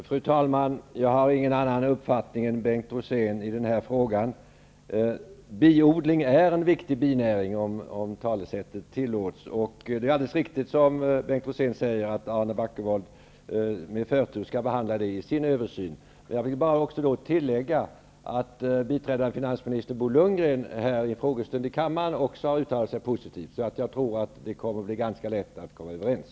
Fru talman! Jag har ingen annan uppfattning än Bengt Rosén i den här frågan. Biodling är en viktig binäring -- om uttrycket tillåts. Det är alldeles riktigt som Bengt Rosén säger att Arne Backewold i sin översyn skall behandla frågan med förtur. Jag vill också tillägga att biträdande finansminister Bo Lundgren under en frågestund i kammaren har uttalat sig positivt. Jag tror att det kommer att bli lätt att komma överens.